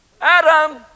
Adam